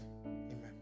amen